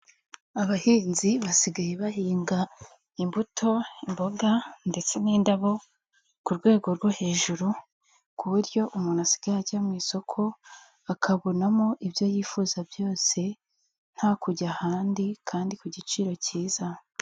Abahinzi basigaye bahinga imbuto, imboga, ndetse n'indabo ku rwego rwo hejuru ku buryo umuntu asigaye ajya mu isoko akabonamo ibyo yifuza byose nta kujya ahandi kandi ku giciro cyiza.